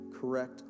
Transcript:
correct